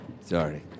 Sorry